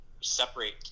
separate